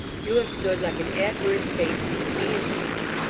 you have stood, like an adverse fate, between me and peace.